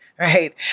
Right